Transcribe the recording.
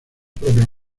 propia